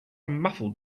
muffled